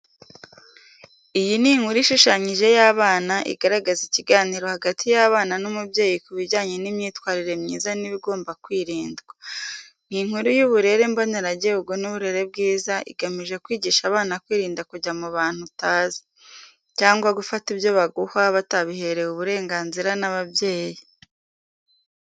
Iyi ni nkuru ishushanyije y’abana igaragaza ikiganiro hagati y’abana n’umubyeyi ku bijyanye n’imyitwarire myiza n’ibigomba kwirindwa. Ni inkuru y’uburere mboneragihugu n’uburere bwiza igamije kwigisha abana kwirinda kujya mu bantu utazi, cyangwa gufata ibyo baguha batabiherewe uburenganzira n’ababyeyi.